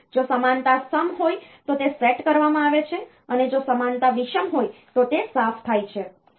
તેથી જો સમાનતા સમ હોય તો તે સેટ કરવામાં આવે છે અને જો સમાનતા વિષમ હોય તો તે સાફ થાય છે